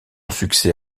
succès